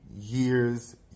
years